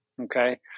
Okay